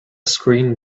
screen